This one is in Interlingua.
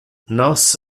nos